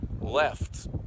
left